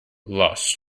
lost